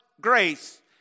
grace